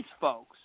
folks